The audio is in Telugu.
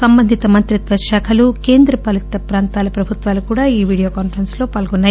సంబంధిత మంత్రిత్వ శాఖలు కేంద్ర పాలిత ప్రాంతాల ప్రభుత్వాలు కూడా ఈ వీడియో కాన్పరెస్స్ లో పాల్గొన్నాయి